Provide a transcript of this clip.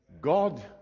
God